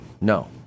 No